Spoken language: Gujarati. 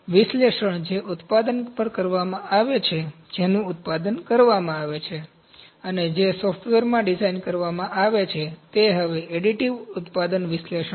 વિશ્લેષણ જે ઉત્પાદન પર કરવામાં આવે છે જેનું ઉત્પાદન કરવામાં આવે છે અને જે સોફ્ટવેરમાં ડિઝાઇન કરવામાં આવે છે તે હવે એડિટિવ ઉત્પાદન વિશ્લેષણ છે